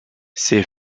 ses